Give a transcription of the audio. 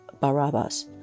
Barabbas